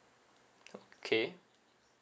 okay